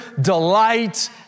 delight